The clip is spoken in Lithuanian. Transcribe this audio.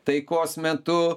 taikos metu